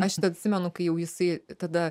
aš atsimenu kai jau jisai tada